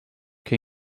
che